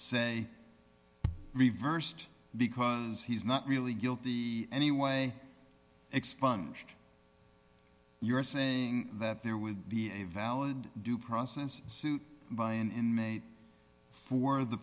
say reversed because he's not really guilty anyway expunged you're saying that there would be a valid due process suit by an inmate for the